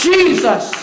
Jesus